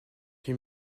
huit